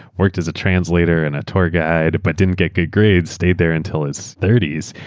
worked as a translator and a tour guide but didn't get good grades. stayed there until his thirty s.